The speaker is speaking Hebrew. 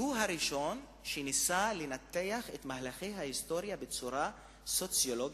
והוא הראשון שניסה לנתח את מהלכי ההיסטוריה בצורה סוציולוגית-חברתית.